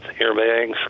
airbags